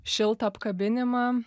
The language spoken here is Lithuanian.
šiltą apkabinimą